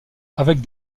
avec